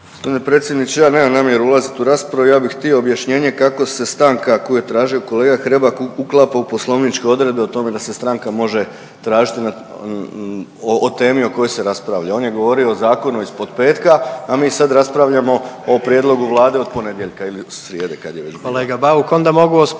Gospodine predsjedniče ja nemam namjeru ulazit u raspravu, ja bi htio objašnjenje kako se stanka koju je tražio kolega Hrebak uklapa u poslovničke odredbe o tome da se stanka može tražiti o temi o kojoj se raspravlja. On je govorio o zakonu isp… od petka, a mi sad raspravljamo o prijedlogu Vlade od ponedjeljka ili srijede kad je već bilo.